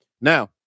now